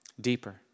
deeper